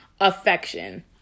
affection